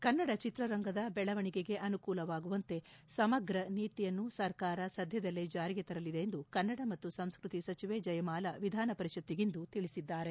ಕನ್ನಡ ಚಿತ್ರರಂಗದ ದೆಳವಣಿಗೆಗೆ ಅನುಕೂಲವಾಗುವಂತೆ ಸಮಗ್ರ ನೀತಿಯನ್ನು ಸರ್ಕಾರ ಸದ್ದದಲ್ಲೇ ಜಾರಿಗೆ ತರಲಿದೆ ಎಂದು ಕನ್ನಡ ಮತ್ತು ಸಂಸ್ಕೃತಿ ಸಚಿವೆ ಜಯಮಾಲ ವಿಧಾನಪರಿಷತ್ತಿಗಿಂದು ತಿಳಿಸಿದ್ದಾರೆ